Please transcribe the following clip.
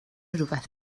rhywbeth